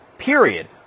period